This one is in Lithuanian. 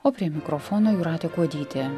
o prie mikrofono jūratė kuodytė